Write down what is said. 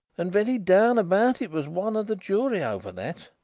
and very down about it was one of the jury over that.